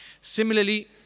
Similarly